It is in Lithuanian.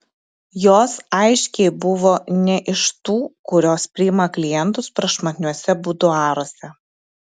jos aiškiai buvo ne iš tų kurios priima klientus prašmatniuose buduaruose